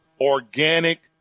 organic